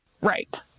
Right